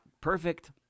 perfect